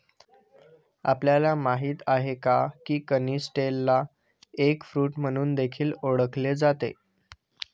आपल्याला माहित आहे का? की कनिस्टेलला एग फ्रूट म्हणून देखील ओळखले जाते